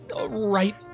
right